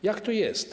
Jak to jest?